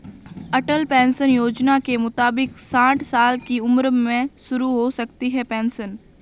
अटल pension योजना के मुताबिक साठ साल की उम्र में शुरू हो सकती है पेंशन